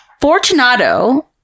Fortunato